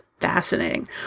fascinating